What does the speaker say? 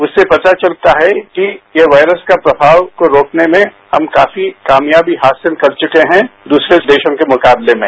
उससे पता चलता है कि वायरस का प्रनाव को रोकने में हम काफी कामयाबी हासिल कर चुके हैं दूसरे देशों के मुकाबले में